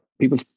people